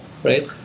Right